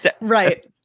Right